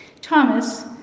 Thomas